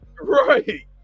right